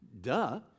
Duh